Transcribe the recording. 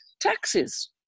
taxes